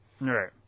Right